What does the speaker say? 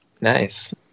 nice